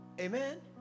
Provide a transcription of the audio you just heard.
amen